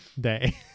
day